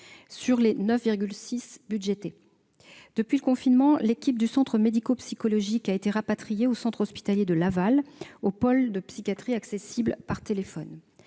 sur les 9,6 budgétés. Depuis le confinement, l'équipe du centre médico-psychologique a été regroupée au centre hospitalier de Laval, au pôle de psychiatrie, accessible par téléphone.